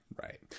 Right